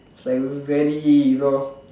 it's like very you know